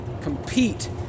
compete